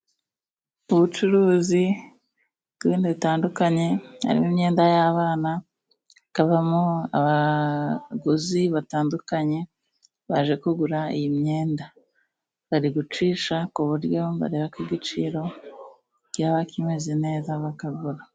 Ubucuruzi bw'ibintu bitandukanye harimo imyenda y'abana, kabamo abaguzi batandukanye, baje kugura iyi myenda. Bari gucisha ku buryo bareba ko igiciro cyaba kimeze neza bakagura.